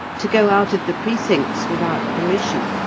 to go out of the precincts without permission,